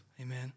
Amen